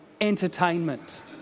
entertainment